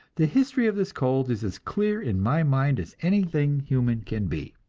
the history of this cold is as clear in my mind as anything human can be,